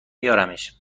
میارمش